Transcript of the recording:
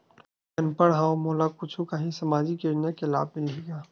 मैं अनपढ़ हाव मोला कुछ कहूं सामाजिक योजना के लाभ मिलही का?